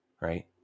right